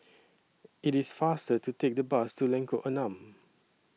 IT IS faster to Take The Bus to Lengkok Enam